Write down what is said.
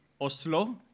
Oslo